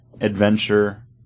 adventure